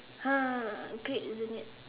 !huh! okay isn't it